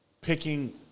picking